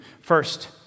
First